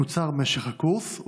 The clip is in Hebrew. קוצר משך הקורס,